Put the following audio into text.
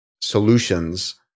solutions